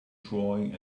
drawing